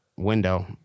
window